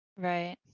Right